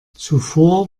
zuvor